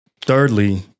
Thirdly